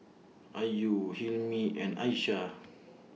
Ayu Hilmi and Aishah